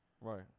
Right